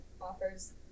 offers